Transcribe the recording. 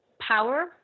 power